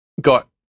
got